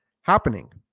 happening